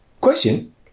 question